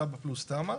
תב"ע פלוס תמ"א.